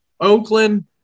Oakland